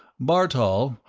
bartol,